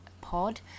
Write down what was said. pod